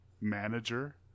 manager